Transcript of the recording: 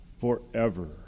forever